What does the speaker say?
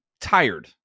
tired